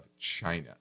China